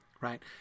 Right